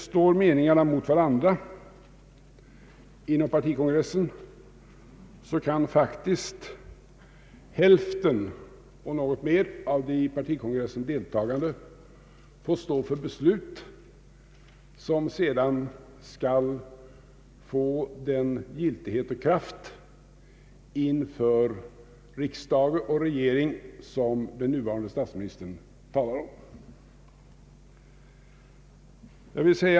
Står meningarna mot varandra inom partikongressen, kan faktiskt hälften eller något mer av de i partikongressen deltagande få stå för de beslut som sedan skall få den giltighet och kraft inför riksdag och regering som den nuvarande statsministern talar om.